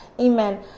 amen